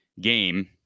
game